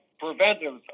preventive